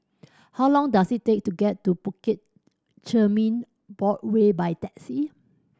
how long does it take to get to Bukit Chermin by taxi